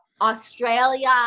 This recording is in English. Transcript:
Australia